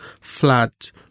flat